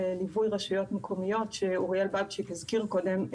ליווי רשויות מקומיות שאוריאל בבצ'יק הזכיר קודם.